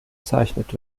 bezeichnet